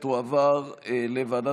לפיכך, אני קובע שהצעת חוק לתיקון פקודת בריאות